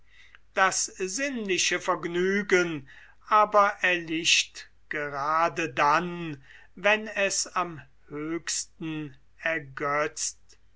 das sinnliche vergnügen aber erlischt gerade dann wenn es am höchsten ergötzt